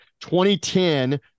2010